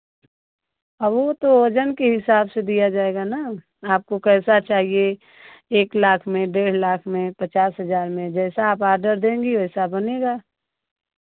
वो तो वजन के हिसाब से दिया जाएगा ना आपको कैसा चाहिए एक लाख में डेढ़ लाख में पचास हज़ार में जैसा आप ऑर्डर देंगी वैसा बनेगा